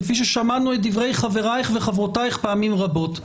כפי ששמענו את דברי חברייך וחברותייך פעמים רבות.